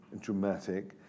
dramatic